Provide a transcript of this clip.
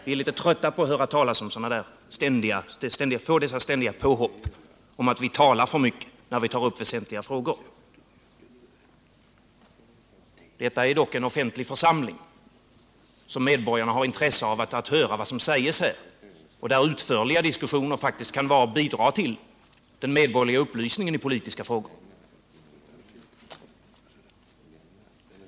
Vi är litet trötta på dessa ständiga påhopp för att vi talar för mycket när vi tar upp väsentliga frågor. Detta är dock en offentlig församling, och medborgarna har intresse av att höra vad som sägs där. Utförliga diskussioner här kan faktiskt bidra till den medborgerliga upplysningen i politiska frågor.